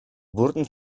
wurden